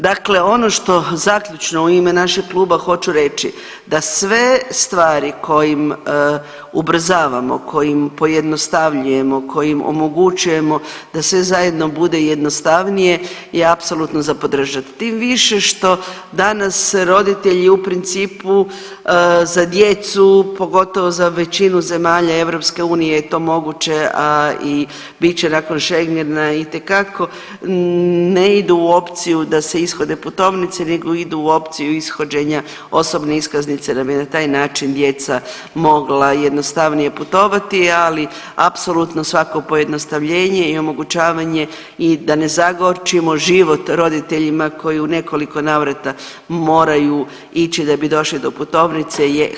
Dakle, ono što zaključno u ime našeg kluba hoću reći, da sve stvari kojim ubrzavamo, kojim pojednostavljujemo, kojim omogućujemo da sve zajedno bude jednostavnije je apsolutno za podržat, tim više što danas roditelji u principu za djecu, pogotovo za većinu zemalja EU je to moguće i bit će nakon schengena itekako ne ide u opciju da se ishode putovnice nego ide u opciju ishođenja osobne iskaznice da bi nam na taj način djeca mogla jednostavnije putovati, ali apsolutno svako pojednostavljenje i omogućavanje i da ne zagorčimo život roditeljima koji u nekoliko navrata moraju ići da bi došli do putovnice je hvale vrijedno.